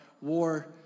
War